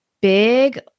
big